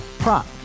Prop